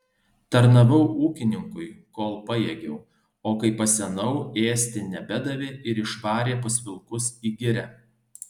tarnavau ūkininkui kol pajėgiau o kai pasenau ėsti nebedavė ir išvarė pas vilkus į girią